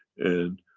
and,